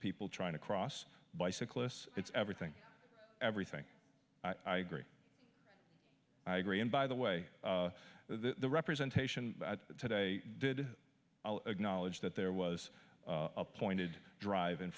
people trying to cross bicyclists it's everything everything i agree i agree and by the way the representation today did acknowledge that there was a pointed drive in